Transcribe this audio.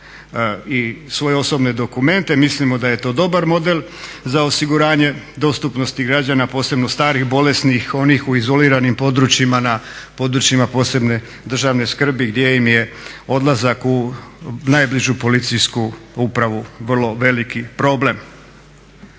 i svoje osobne dokumente, mislimo da je to dobar model za osiguranje dostupnosti građana, posebno starih, bolesnih, onih u izoliranim područjima na područjima posebne državne skrbi gdje im je odlazak u najbližu policijsku upravu vrlo veliki problem.